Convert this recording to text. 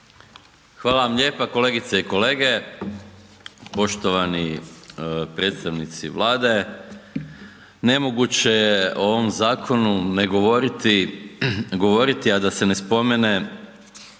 Hvala vam lijepa, kolegice i kolege, poštovani predstavnici Vlade, nemoguće je o ovom zakonu ne govoriti, govoriti a da se ne spomenu